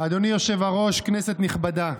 אדוני היושב-ראש, כנסת נכבדה,